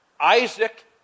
Isaac